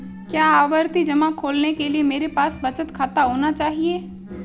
क्या आवर्ती जमा खोलने के लिए मेरे पास बचत खाता होना चाहिए?